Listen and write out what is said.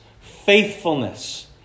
Faithfulness